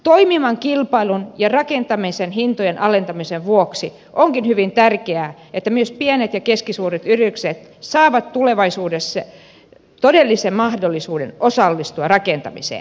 toimivan kilpailun ja rakentamisen hintojen alentamisen vuoksi onkin hyvin tärkeää että myös pienet ja keskisuuret yritykset saavat tulevaisuudessa todellisen mahdollisuuden osallistua rakentamiseen